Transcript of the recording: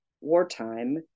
wartime